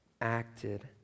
acted